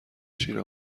شیر